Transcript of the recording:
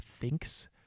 thinks